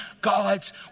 God's